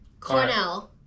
Cornell